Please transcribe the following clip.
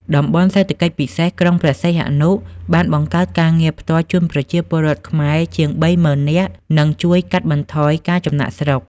តំបន់ សេដ្ឋកិច្ចពិសេសក្រុងព្រះសីហនុបានបង្កើតការងារផ្ទាល់ជូនប្រជាពលរដ្ឋខ្មែរជាង ៣០,០០០ នាក់ និងជួយកាត់បន្ថយការចំណាកស្រុក។